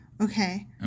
Okay